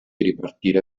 ripartire